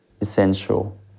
essential